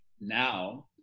now